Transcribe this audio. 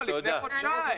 לא, לפני חודשיים.